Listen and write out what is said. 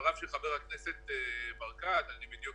פונות לכל חברי הכנסת, מן הסתם,